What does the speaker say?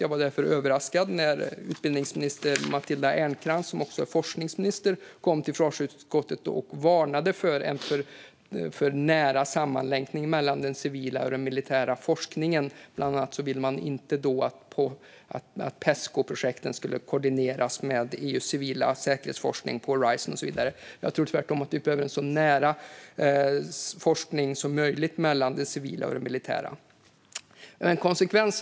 Jag var därför överraskad när forskningsminister Matilda Ernkrans kom till försvarsutskottet och varnade för en för nära sammanlänkning mellan den civila och den militära forskningen. Bland annat ville man inte att Pescoprojekten skulle koordineras med EU:s civila säkerhetsforskning på Horizon och så vidare. Jag tror tvärtom att vi behöver så nära sammanlänkning som möjligt mellan civil och militär forskning.